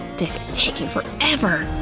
this is taking forever.